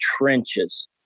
trenches